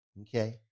okay